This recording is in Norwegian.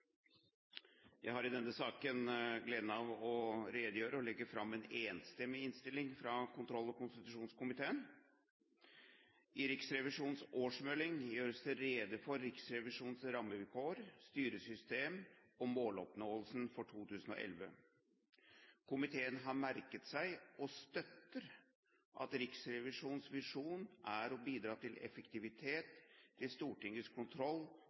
Jeg har i denne saken gleden av å redegjøre for og legge fram en enstemmig innstilling fra kontroll- og konstitusjonskomiteen. I Riksrevisjonens årsmelding gjøres det rede for Riksrevisjonens rammevilkår, styringssystem og måloppnåelse for 2011. Komiteen har merket seg, og støtter, at Riksrevisjonens visjon er å bidra effektivt til Stortingets kontroll